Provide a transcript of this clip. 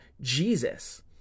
Jesus